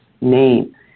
name